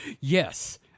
Yes